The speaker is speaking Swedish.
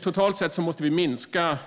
Totalt sett måste vi minska